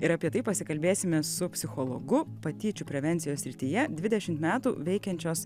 ir apie tai pasikalbėsime su psichologu patyčių prevencijos srityje dvidešimt metų veikiančios